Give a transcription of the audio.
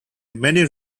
many